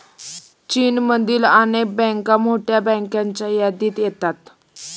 चीनमधील अनेक बँका मोठ्या बँकांच्या यादीत येतात